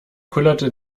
kullerte